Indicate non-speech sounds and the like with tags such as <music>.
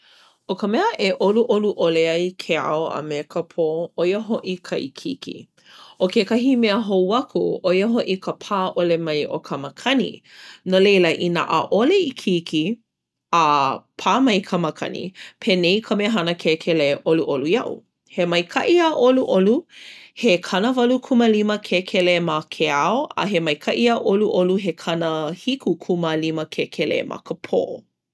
ʻO ka mea e ʻoluʻolu ʻole ai ke ao a me ka pō, ʻo ia hoʻi ka ikiiki. ʻO kekahi mea hou aku, ʻo ia hoʻi ka pā ʻole mai o ka makani. <gasps> No leila inā ʻaʻole ikiiki <hesitation> a pā mai ka makani, penei ka mehana kēkelē ʻoluʻolu iaʻu. He maikaʻi a ʻoluʻolu he kanawalukūmālima kēkelē ma ke ao. He maikaʻi a ʻoluʻolu he kanahikukūmālima kēkelē ma ka pō.